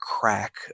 crack